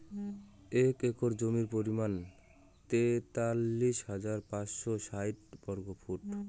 এক একর জমির পরিমাণ তেতাল্লিশ হাজার পাঁচশ ষাইট বর্গফুট